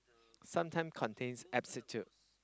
some time contains asbestos